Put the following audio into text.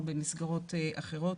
או במסגרות אחרות.